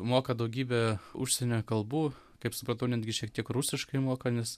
moka daugybę užsienio kalbų kaip supratau netgi šiek tiek rusiškai moka nes